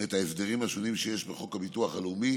את ההסדרים השונים שיש בחוק הביטוח הלאומי